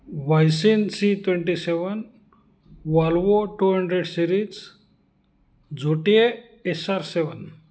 Voisin C twenty seven Volvo two hundred series Zotye S R seven